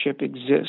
exists